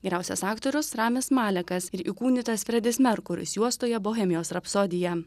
geriausias aktorius ramis malekas ir įkūnytas fredis merkuris juostoje bohemijos rapsodija